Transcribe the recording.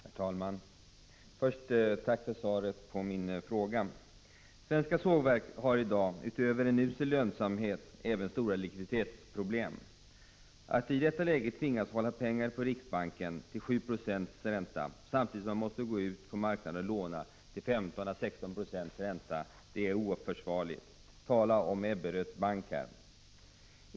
Herr talman! Först ett tack för svaret på min fråga. Svenska sågverk har i dag utöver en usel lönsamhet även stora likviditetsproblem. Att i detta läge tvingas hålla pengar hos riksbanken till 7 96 ränta samtidigt som man måste gå ut på marknaden och låna till 15 å 16 96 ränta är oförsvarligt. Tala om Ebberöds bank!